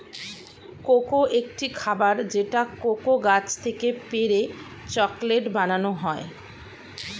cocoa একটি খাবার যেটা কোকো গাছ থেকে পেড়ে চকলেট বানানো হয়